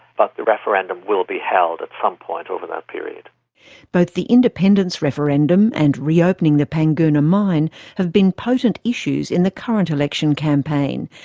but the referendum will be held at some point over that period. both the independence referendum and reopening the panguna mine have been potent issues in the current election campaign,